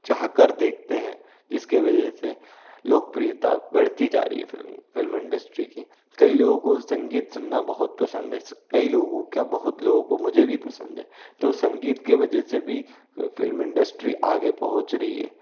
चाह कर देखते हैं जिसके वजह से लोकप्रियता बढ़ती जा रही है फ़िल्म फ़िल्म इंडस्ट्री की कई लोगों को संगीत सुनना बहुत पसंद है कई लोगों क्या बहुत लोगों को मुझे भी पसंद है तो संगीत के वजह से भी फ़िल्म इंडस्ट्री आगे पहुँच रही है